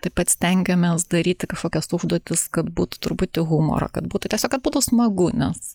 taip pat stengiamės daryti kažkokias užduotis kad būtų truputį humoro kad būtų tiesiog kad būtų smagu nes